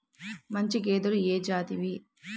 మంచి గేదెలు ఏ జాతివి?